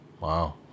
wow